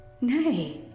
Nay